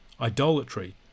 idolatry